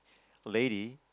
lady